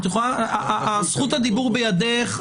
זכות הדיבור בידך.